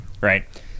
right